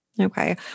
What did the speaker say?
Okay